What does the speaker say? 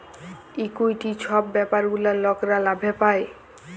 equity ছব ব্যাপার গুলা লকরা লাভে পায়